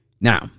Now